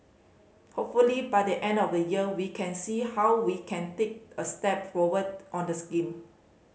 hopefully by the end of the year we can see how we can take a step forward on the scheme